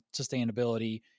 sustainability